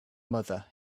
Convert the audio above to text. mother